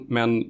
Men